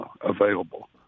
available